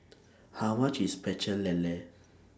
How much IS Pecel Lele